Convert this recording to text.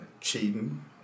cheating